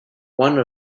one